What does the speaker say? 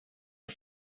are